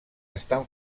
estan